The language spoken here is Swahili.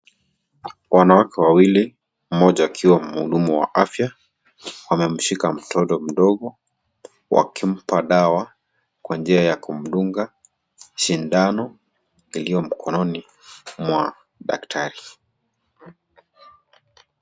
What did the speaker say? Wanawake wawili mmoja akiwa mhudumu wa afya ,wamemshika mtoto mdogo wakimpa dawa Kwa njia ya kumdunga shindano iliyo mkononi mwa daktari.